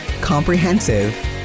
comprehensive